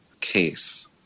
case